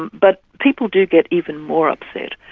but people do get even more upset.